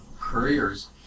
careers